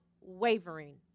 wavering